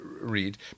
read